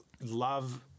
love